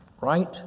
Right